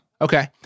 Okay